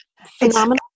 phenomenal